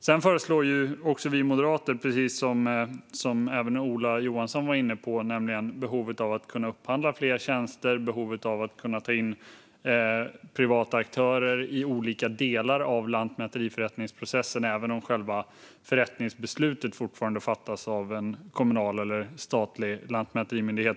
Sedan har vi moderater förslag när det gäller det som även Ola Johansson var inne på, nämligen behovet av att kunna upphandla fler tjänster och ta in privata aktörer i olika delar av lantmäteriförrättningsprocessen även om själva förrättningsbeslutet fortfarande fattas av en kommunal eller statlig lantmäterimyndighet.